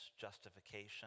justification